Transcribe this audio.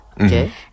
Okay